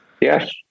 Yes